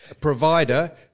provider